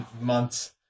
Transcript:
months